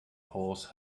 horse